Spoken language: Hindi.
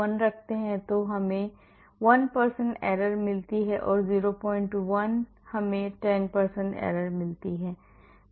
इसलिए अगर हम 001 रखते हैं तो हमें 1 error मिलती है 01 हमें 10 error मिलती है